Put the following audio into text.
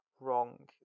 wrong